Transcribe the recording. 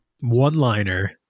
one-liner